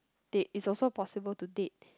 date is also possible to date